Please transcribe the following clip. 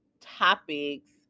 topics